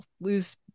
lose